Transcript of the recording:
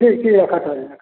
ठीक ठीक राखऽ राखऽ